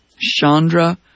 Chandra